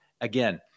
again